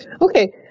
Okay